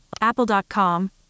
Apple.com